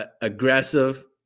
aggressive